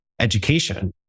education